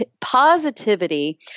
positivity